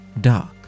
dark